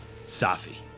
Safi